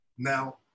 Now